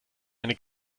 eine